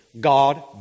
God